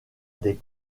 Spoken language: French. des